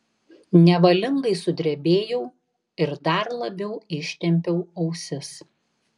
nevalingai sudrebėjau ir dar labiau ištempiau ausis